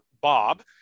Bob